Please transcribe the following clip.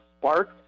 spark